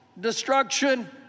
destruction